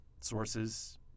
sources